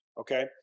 Okay